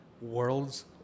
world's